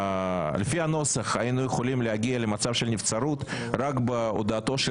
לפי הנוסח היינו יכולים להגיע למצב של נבצרות רק בהודעתו של